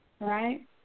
right